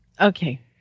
Okay